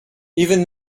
even